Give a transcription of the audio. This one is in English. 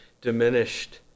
diminished